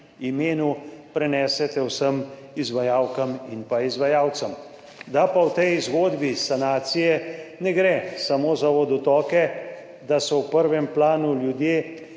imenu prenesete vsem izvajalkam in pa izvajalcem. Da pa v tej zgodbi sanacije ne gre samo za vodotoke, da so v prvem planu ljudje,